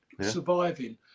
surviving